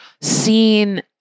seen